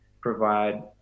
provide